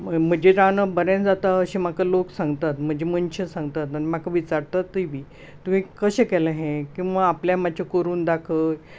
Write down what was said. म्हजें रांदप बरें जाता अशें म्हाका लोक सांगतात म्हजीं मनशां सांगतात आनी म्हाका विचारतातूय बी तुवें कशें केला हें किवां आपल्याक मातशें करून दाखय तूं कशी करतां